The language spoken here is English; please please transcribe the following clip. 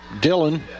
Dylan